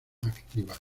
activa